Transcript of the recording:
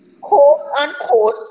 quote-unquote